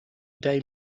day